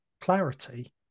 clarity